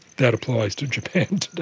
that applies to japan